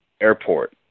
airport